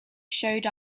showed